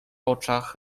oczach